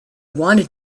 wanted